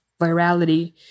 virality